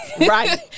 Right